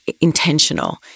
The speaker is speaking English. intentional